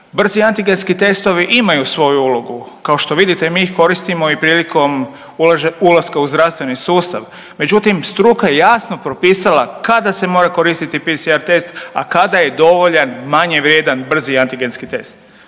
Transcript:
Brzi antigenski testovi imaju svoju ulogu, kao što vidite mi ih koristimo i prilikom ulaska u zdravstveni sustav. Međutim, struka je jasno propisala kada se mora koristiti PCR test, a kada je dovoljan manje vrijedan brzi antigenski test,